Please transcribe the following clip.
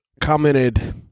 commented